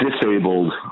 disabled